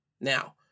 Now